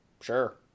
sure